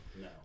No